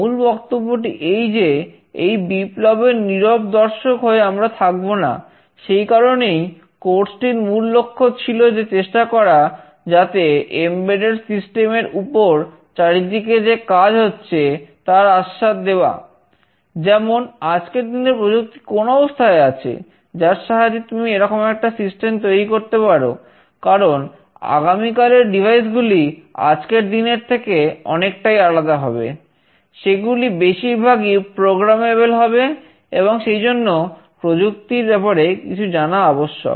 মূল বক্তব্যটি এই যে এই বিপ্লবের নীরব দর্শক হয়ে আমরা থাকবো না সেই কারণেই কোর্স হবে এবং সেই জন্য প্রযুক্তির ব্যাপারে কিছু জানা আবশ্যক